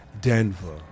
Denver